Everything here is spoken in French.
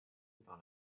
par